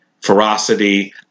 ferocity